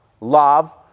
love